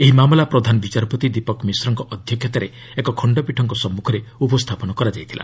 ଏହି ମାମଲା ପ୍ରଧାନ ବିଚାରପତି ଦୀପକ୍ ମିଶ୍ରଙ୍କ ଅଧ୍ୟକ୍ଷତାରେ ଏକ ଖଣ୍ଡପୀଠ ସମ୍ମୁଖରେ ଉପସ୍ଥାପନ କରାଯାଇଥିଲା